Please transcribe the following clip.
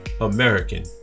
American